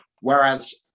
Whereas